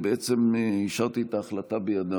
השארתי את ההחלטה בידם.